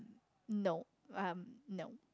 no um no